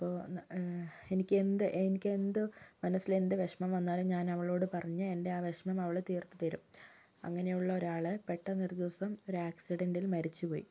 അപ്പോൾ എനിക്ക് എനിക്കെന്തോ മനസിലെന്തു വിഷമം വന്നാലും ഞാനവളോട് പറഞ്ഞ് എൻ്റെ ആ വിഷമം അവള് തീർത്തു തരും അങ്ങനെയുള്ള ഒരാള് പെട്ടന്ന് ഒരുദിവസം ഒരാക്സിഡൻ്റിൽ മരിച്ചുപോയി